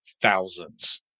thousands